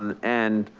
and and